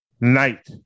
night